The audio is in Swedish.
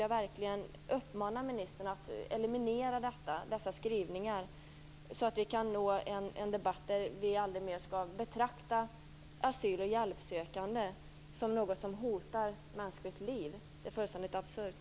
Jag vill uppmana ministern att eliminera dessa skrivningar i det kommande arbetet, så att vi aldrig mer i debatten behöver betrakta asyl och hjälpsökande som hot mot mänskligt liv. Det är fullständigt absurt.